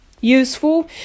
useful